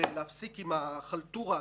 ולהפסיק עם החלטורה הזאת.